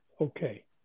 Okay